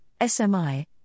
SMI